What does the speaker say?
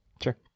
sure